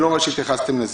לא ממש התייחסתם לזה.